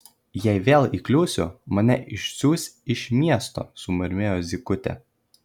jei vėl įkliūsiu mane išsiųs iš miesto sumurmėjo zykutė